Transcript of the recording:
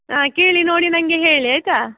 ಆಂ ಕೇಳಿ ನೋಡಿ ನನಗೆ ಹೇಳಿ ಆಯಿತಾ